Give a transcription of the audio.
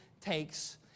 takes